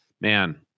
man